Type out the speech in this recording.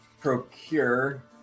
procure